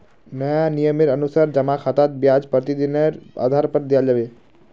नया नियमेर अनुसार जमा खातात ब्याज प्रतिदिनेर आधार पर दियाल जाबे